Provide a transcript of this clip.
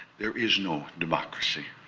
there is no democracy.